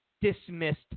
dismissed